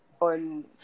on